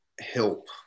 help